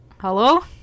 Hello